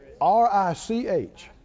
R-I-C-H